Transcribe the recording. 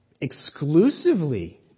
exclusively